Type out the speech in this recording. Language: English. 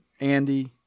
Andy